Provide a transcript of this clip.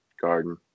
Garden